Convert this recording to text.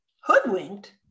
Hoodwinked